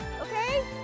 okay